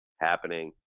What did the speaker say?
happening